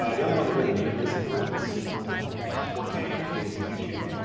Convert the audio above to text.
um the only one that really natively supports four k is youtube.